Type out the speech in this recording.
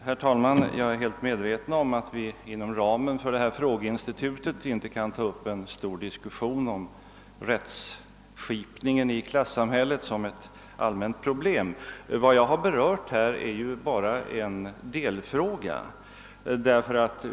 Herr talman! Jag är helt medveten om att vi inom ramen för frågeinstitutet inte kan ta upp en stor diskussion om rättskipningen i klassamhället som ett allmänt problem. Vad jag berört är bara en delfråga.